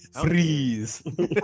Freeze